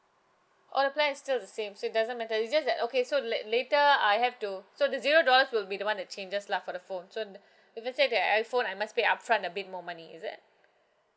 oh the plan is still the same so it doesn't matter it just that okay so late~ later I have to so the zero dollars will be the one that changes lah for the phone so the if let's say the iphone I must pay upfront a bit more money is it